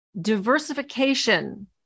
diversification